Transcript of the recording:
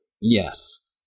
Yes